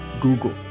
Google